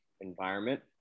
environment